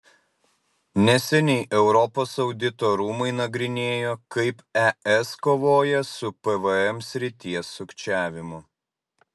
neseniai europos audito rūmai nagrinėjo kaip es kovoja su pvm srities sukčiavimu